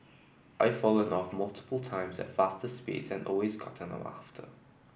I've fallen off multiple times at faster speeds and always gotten up after